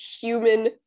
human